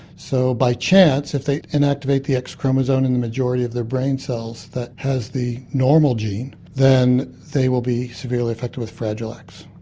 so by chance if they inactivate the x chromosome in the majority of their brain cells that has the normal gene then they will be severely affected with fragile x.